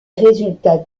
résultats